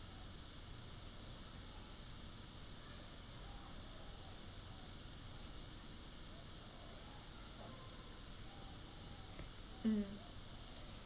mm